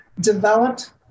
developed